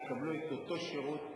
יקבלו את אותו שירות.